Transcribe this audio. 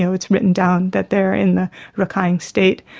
it's written down that they're in the rakhine state,